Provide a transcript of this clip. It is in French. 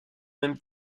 même